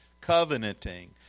covenanting